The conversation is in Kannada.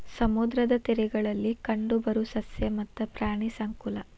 ಸಮುದ್ರದ ತೇರಗಳಲ್ಲಿ ಕಂಡಬರು ಸಸ್ಯ ಮತ್ತ ಪ್ರಾಣಿ ಸಂಕುಲಾ